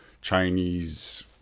Chinese